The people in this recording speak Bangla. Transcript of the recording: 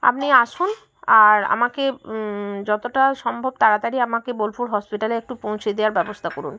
আপনি আসুন আর আমাকে যতটা সম্ভব তাড়াতাড়ি আমাকে বোলপুর হসপিটালে একটু পৌঁছে দেওয়ার ব্যবস্থা করুন